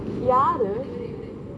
யாரு:yaaru